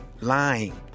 lying